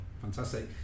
Fantastic